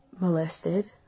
molested